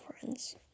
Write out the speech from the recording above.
friends